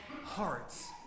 hearts